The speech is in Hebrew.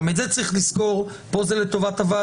גם את זה צריך לזכור, פה זה לטובת הוועדה.